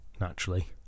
naturally